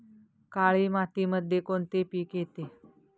काळी मातीमध्ये कोणते पिके येते?